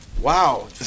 Wow